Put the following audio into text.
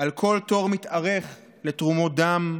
על כל תור מתארך לתרומות דם,